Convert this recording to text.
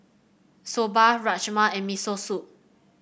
Soba Rajma and Miso Soup